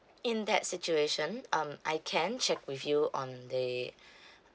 in that situation um I can check with you on the